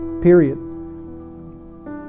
period